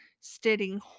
stating